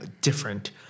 different